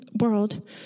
world